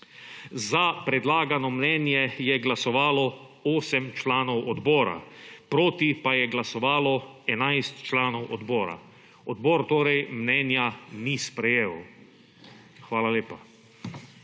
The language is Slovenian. Za predlagano mnenje je glasovalo 8 članov odbora, proti pa je glasovalo 11 članov odbora. Odbor mnenja ni sprejel. Hvala lepa.